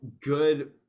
good